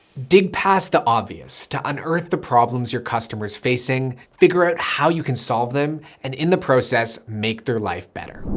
dig past the obvious to unearth the problems your customer's facing, figure out how you can solve them and in the process, make their life better.